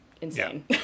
insane